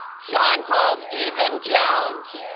shaunpaul steven jones